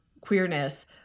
queerness